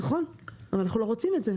נכון, אנחנו לא רוצים את זה.